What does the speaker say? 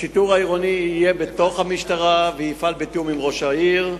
השיטור העירוני יהיה בתוך המשטרה ויפעל בתיאום עם ראש העיר.